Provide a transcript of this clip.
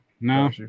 no